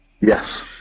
yes